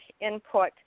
input